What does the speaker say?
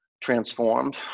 transformed